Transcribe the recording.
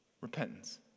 Repentance